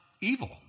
evil